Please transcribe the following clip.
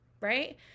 right